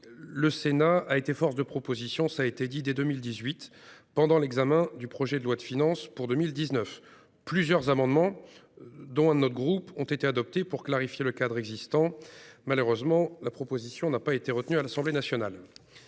le Sénat a été force de proposition dès 2018. Au cours l'examen de la loi de finances pour 2019, plusieurs amendements, dont un de notre groupe, ont été adoptés pour clarifier le cadre existant. Malheureusement, notre proposition n'a pas été retenue par l'Assemblée nationale.